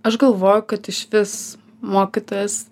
aš galvoju kad išvis mokytojas